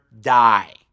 die